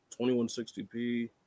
2160p